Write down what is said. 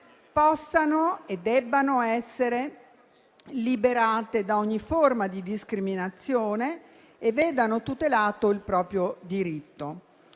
possano e debbano essere liberate da ogni forma di discriminazione e vedano tutelato il proprio diritto.